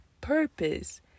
purpose